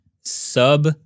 sub